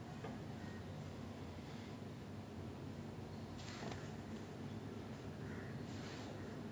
ya because I knew this [one] like because I moved into the house that I'm staying it right now when it was twenty ten I think